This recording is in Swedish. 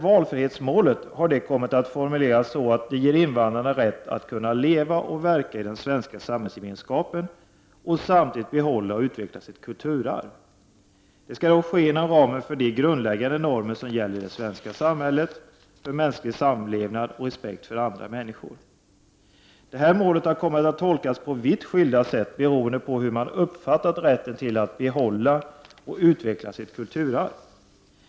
Valfrihetsmålet har kommit att formuleras så, att det ger in vandrarna rätt att leva och verka i den svenska samhällsgemenskapen och samtidigt behålla och utveckla sitt kulturarv. Det skall dock ske inom ramen för de grundläggande normer som gäller i det svenska samhället för mänsklig samlevnad och respekt för andra människor. Det här målet har kommit att tolkas på vitt skilda sätt, beroende på hur man har uppfattat rätten att behålla och utveckla sitt kulturarv.